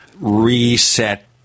reset